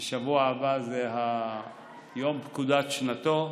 בשבוע הבא יום פקודת שנתו.